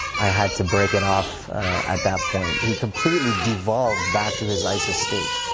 i had to break it off at that point. he completely devolved back to his isis state.